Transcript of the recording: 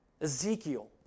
Ezekiel